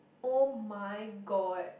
[oh]-my-god